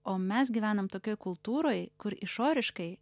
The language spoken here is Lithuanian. o mes gyvenam tokioj kultūroj kur išoriškai